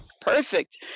Perfect